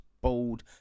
Bold